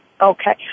Okay